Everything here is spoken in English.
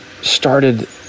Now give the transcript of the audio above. started